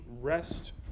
rest